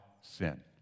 sin